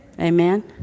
Amen